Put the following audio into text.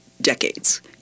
decades